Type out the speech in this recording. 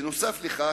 בנוסף לכך,